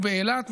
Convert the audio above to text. או באילת,